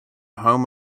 home